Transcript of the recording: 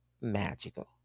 magical